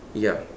ya